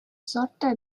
sorta